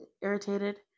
irritated